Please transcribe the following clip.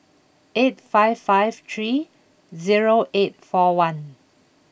eight five five three zero eight four one